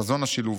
חזון השילוב.